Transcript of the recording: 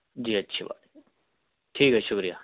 جی اچھی بات ہے ٹھیک ہے شکریہ